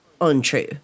untrue